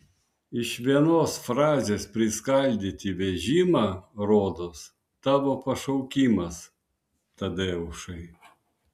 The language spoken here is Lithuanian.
iš vienos frazės priskaldyti vežimą rodos tavo pašaukimas tadeušai